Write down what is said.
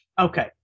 okay